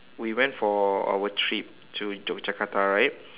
we went for our trip to Yogyakarta right